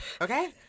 Okay